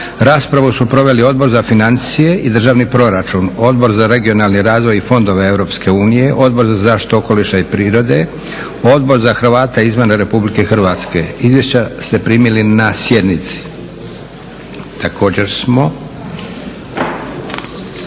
Raspravu su proveli Odbor za financije i državni proračun, Odbor za regionalni razvoj i fondove EU, Odbor za zaštitu okoliša i prirode, Odbor za Hrvate izvan RH. Izvješća ste primili na sjednici. Želi